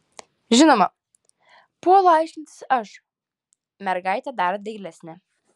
žinoma puolu aiškintis aš mergaitė dar dailesnė